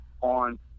on